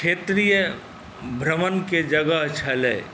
क्षेत्रीय भ्रमणके जगह छलै